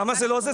למה זה לא זה?